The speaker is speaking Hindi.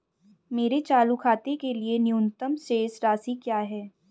मेरे चालू खाते के लिए न्यूनतम शेष राशि क्या है?